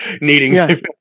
needing